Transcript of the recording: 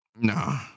Nah